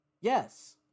Yes